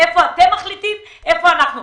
איפה אתם מחליטים ואיפה אנחנו.